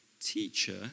teacher